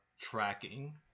tracking